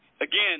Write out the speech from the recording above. again